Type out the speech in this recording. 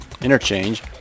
Interchange